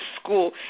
school